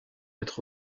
être